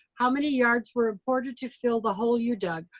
how many yards were imported to fill the hole you dug?